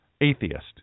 atheist